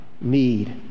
need